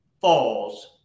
falls